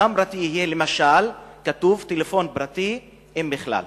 אדם פרטי יהיה, למשל, כתוב: טלפון פרטי, אם בכלל.